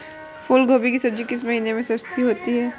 फूल गोभी की सब्जी किस महीने में सस्ती होती है?